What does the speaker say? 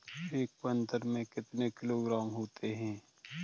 एक क्विंटल में कितने किलोग्राम होते हैं?